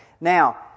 Now